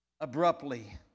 abruptly